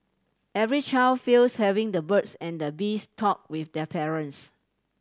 every child fears having the birds and the bees talk with their parents